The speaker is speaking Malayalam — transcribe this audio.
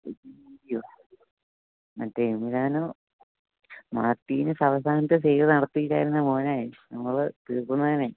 അയ്യോ മറ്റേ എമുരാനോ മാർട്ടിൻ അവസാനത്തെ സേവ് നടത്തിയില്ലായിരുന്നേൽ മോനെ നമ്മൾ തീർന്നേനെ